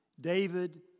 David